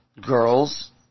girls